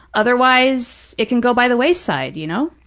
otherwise, it can go by the wayside, you know.